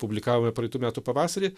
publikavome praeitų metų pavasarį